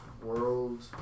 world